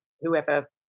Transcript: whoever